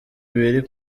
ibiri